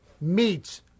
meets